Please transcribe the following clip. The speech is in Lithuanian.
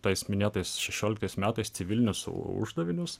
tais minėtais šešioliktais metais civilinius uždavinius